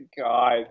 God